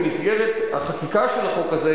במסגרת החקיקה של החוק הזה,